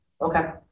Okay